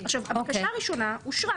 הבקשה הראשונה אושרה.